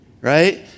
right